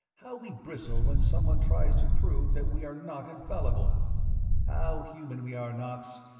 how we bristle when someone tries to prove that we are not infallible how human we are, knox,